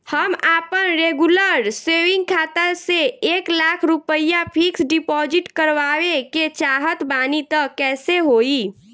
हम आपन regular saving खाता से एक लाख रुपया फिक्स डिपॉज़िट करवावे के चाहत बानी त कैसे होई?